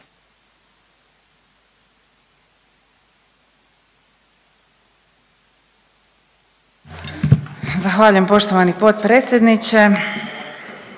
Zahvaljujem poštovani potpredsjedniče.